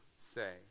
say